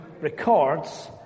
records